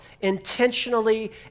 intentionally